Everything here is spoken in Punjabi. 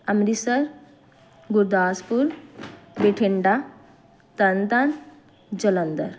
ਅੰਮ੍ਰਿਤਸਰ ਗੁਰਦਾਸਪੁਰ ਬਠਿੰਡਾ ਤਰਨ ਤਾਰਨ ਜਲੰਧਰ